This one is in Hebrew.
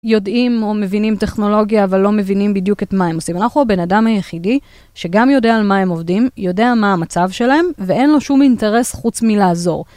יודעים או מבינים טכנולוגיה, אבל לא מבינים בדיוק את מה הם עושים. אנחנו הבן אדם היחידי שגם יודע על מה הם עובדים, יודע מה המצב שלהם, ואין לו שום אינטרס חוץ מלעזור.